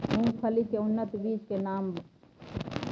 मूंगफली के उन्नत बीज के नाम?